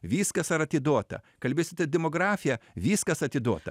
viskas ar atiduota kalbėsite demografija viskas atiduota